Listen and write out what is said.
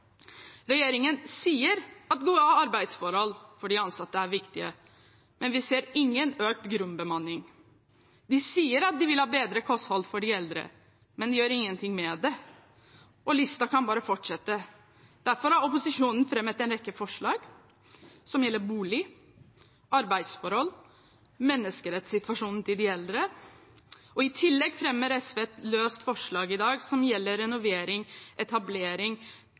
Regjeringen sier at gode arbeidsforhold for de ansatte er viktig, men vi ser ingen økt grunnbemanning. De sier at de vil ha bedre kosthold for de eldre, men de gjør ingenting med det. Og listen kan bare fortsette. Derfor har opposisjonen fremmet en rekke forslag som gjelder bolig, arbeidsforhold og menneskerettssituasjonen til de eldre. I tillegg fremmer SV et løst forslag i dag som gjelder renovering, etablering